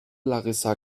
larissa